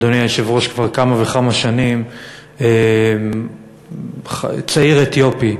אדוני היושב-ראש, כבר כמה וכמה שנים צעיר אתיופי.